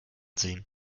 sehen